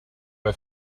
bei